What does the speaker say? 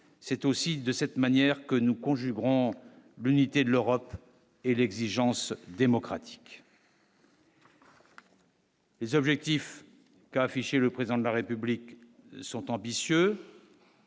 c'est aussi de cette manière que nous conjugueront l'unité de l'Europe et l'exigence démocratique. Les objectifs qu'afficher le président de la République sont ambitieux.